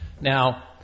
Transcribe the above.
Now